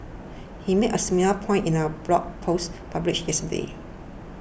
he made a similar point in a blog post published yesterday